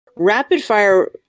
Rapid-fire